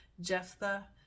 Jephthah